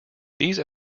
these